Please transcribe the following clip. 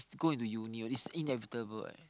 go into uni all these inevitable eh